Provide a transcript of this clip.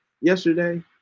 yesterday